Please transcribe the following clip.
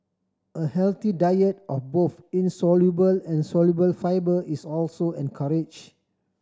a healthy diet of both insoluble and soluble fibre is also encourage